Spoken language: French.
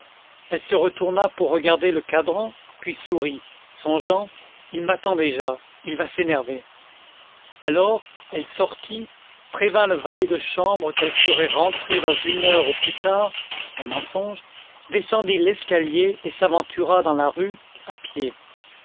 elle se retourna pour regarder le cadran puis sourit songeant il m'attend déjà il va s'énerver alors elle sortit prévint le valet de chambre qu'elle serait rentrée dans une heure au plus tard un mensonge descendit l'escalier et s'aventura dans la rue à pied